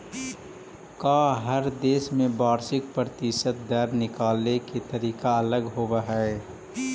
का हर देश में वार्षिक प्रतिशत दर निकाले के तरीका अलग होवऽ हइ?